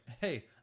hey